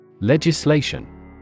Legislation